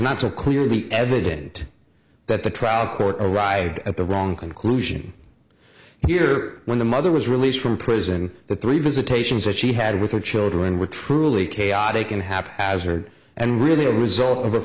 not so clearly evident that the trial court arrived at the wrong conclusion here when the mother was released from prison the three visitations that she had with her children were truly chaotic and haphazard and really a result of